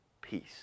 peace